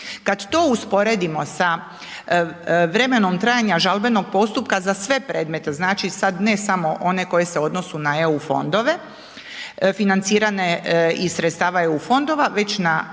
Kada to usporedimo sa vremenom trajanja žalbenog postupka za sve predmete, znači sada ne samo one koji se odnose na eu fondove, financirane iz sredstva iz eu fondova, već na